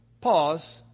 Pause